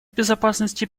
безопасности